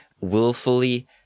willfully